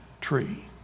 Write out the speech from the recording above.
tree